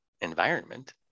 environment